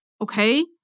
okay